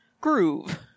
groove